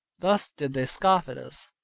thus did they scoff at us,